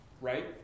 right